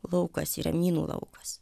laukas yra minų laukas